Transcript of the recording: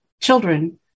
children